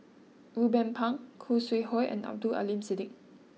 Ruben Pang Khoo Sui Hoe and Abdul Aleem Siddique